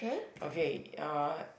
okay uh